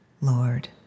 Lord